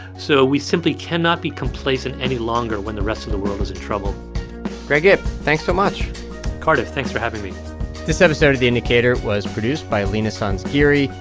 so we simply cannot be complacent any longer when the rest of the world is in trouble greg ip, thanks so much cardiff, thanks for having me this episode of the indicator was produced by leena sanzgiri,